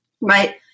right